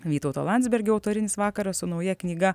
vytauto landsbergio autorinis vakaras su nauja knyga